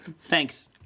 Thanks